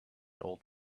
old